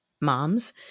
moms